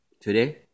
Today